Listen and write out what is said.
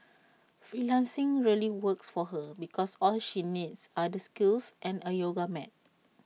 freelancing really works for her because all she needs are the skills and A yoga mat